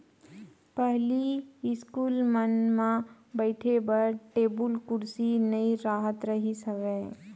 पहिली इस्कूल मन म बइठे बर टेबुल कुरसी नइ राहत रिहिस हवय